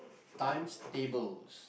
times tables